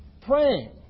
praying